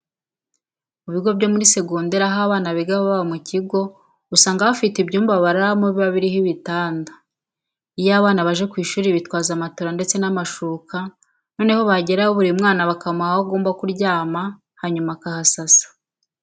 Mu bigo byo muri segonderi aho abana biga baba mu kigo, usanga bafite ibyumba bararamo biba birimo ibitanda. Iyo abana baje ku ishuri bitwaza matora ndetse n'amashuka, noneho bagerayo buri mwana bakamuha aho agomba kuryama, hanyuma akahasasa.